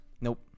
Nope